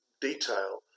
detail